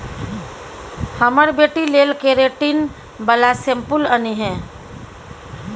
हमर बेटी लेल केरेटिन बला शैंम्पुल आनिहे